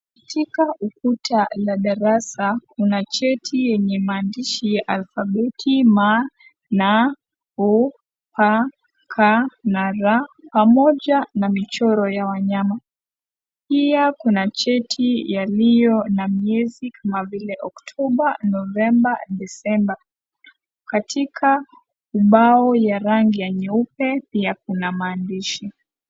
Katika ukuta la darasa, kuna cheti yenye maandishi ya alfabeti, ma, na,o,a, ka, na ra, pamoja na michoro ya wanyama, pia kuna cheti, yaliyo na miezi, kama vile, October, November, December, katika, ubao ya rangi ya nyeupe, pia kuna maandishi.